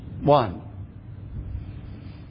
One